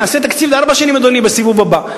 נעשה תקציב לארבע שנים, אדוני, בסיבוב הבא.